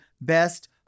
Best